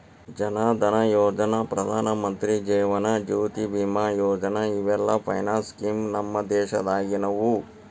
ಜನ್ ಧನಯೋಜನಾ, ಪ್ರಧಾನಮಂತ್ರಿ ಜೇವನ ಜ್ಯೋತಿ ಬಿಮಾ ಯೋಜನಾ ಇವೆಲ್ಲ finance scheme ನಮ್ ದೇಶದಾಗಿನವು